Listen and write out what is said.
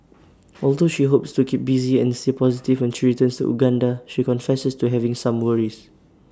although she hopes to keep busy and stay positive when she returns to Uganda she confesses to having some worries